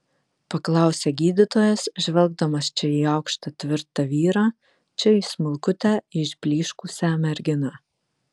paklausė gydytojas žvelgdamas čia į aukštą tvirtą vyrą čia į smulkutę išblyškusią merginą